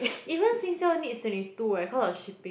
even Singsale needs twenty two eh because of shipping